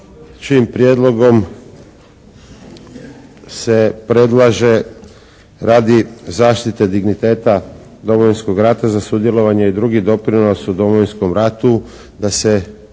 čijim prijedlogom se predlaže radi zaštite digniteta Domovinskog rata za sudjelovanje i drugi doprinos u Domovinskom ratu da se